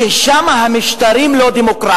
כי המשטרים שם לא דמוקרטיים.